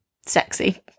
sexy